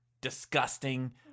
disgusting